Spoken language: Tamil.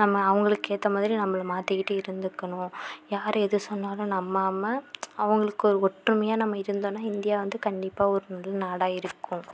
நம்ம அவங்களுக்கு ஏற்ற மாதிரி நம்மளை மாற்றிக்கிட்டு இருந்துக்கணும் யார் எது சொன்னாலும் நம்பாமல் அவங்களுக்கு ஒரு ஒற்றுமையாக நம்ம இருந்தோன்னால் இந்தியா வந்து கண்டிப்பாக ஒரு நல்ல நாடாக இருக்கும்